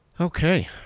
Okay